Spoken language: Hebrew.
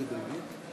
חברי הכנסת,